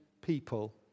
people